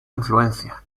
influencia